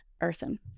earthen